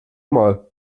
mal